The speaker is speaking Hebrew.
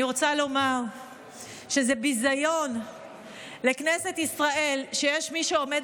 אני רוצה לומר שזה ביזיון לכנסת ישראל שיש מי שעומד